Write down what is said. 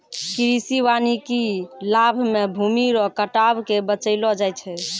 कृषि वानिकी लाभ मे भूमी रो कटाव के बचैलो जाय छै